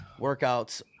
workouts